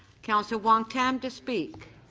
councillor wong-tam to speak.